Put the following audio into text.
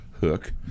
hook